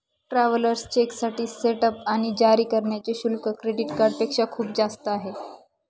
travellers चेकसाठी setup आणि जारी करण्याचे शुल्क क्रेडिट कार्डपेक्षा खूप जास्त आहे